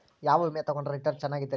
ಯಾವ ವಿಮೆ ತೊಗೊಂಡ್ರ ರಿಟರ್ನ್ ಚೆನ್ನಾಗಿದೆರಿ?